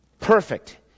Perfect